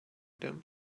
them